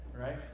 right